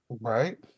Right